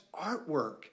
artwork